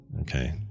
Okay